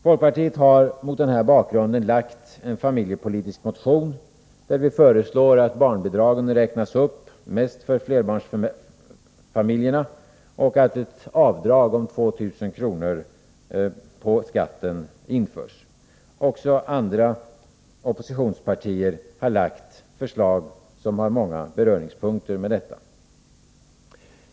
Folkpartiet har mot denna bakgrund lagt en familjepolitisk motion, där vi föreslår att barnbidraget räknas upp mest för flerbarnsfamiljerna och att ett avdrag om 2000 kr. på skatten införs. Också andra oppositionspartier har lagt förslag som har många beröringspunkter med detta.